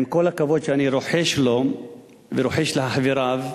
עם כל הכבוד שאני רוחש לו ורוחש לחבריו,